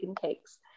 cakes